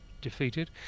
defeated